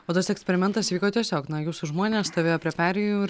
o tas eksperimentas vyko tiesiog na jūsų žmonės stovėjo prie perėjų ir